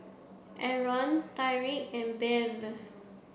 Aron Tyriq and Bev